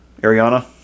Ariana